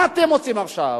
מה אתם רוצים עכשיו?